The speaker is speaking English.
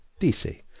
DC